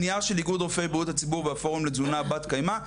זה נייר של איגוד רופאי בראיות הציבור והפורום לתזונה בת קיימא,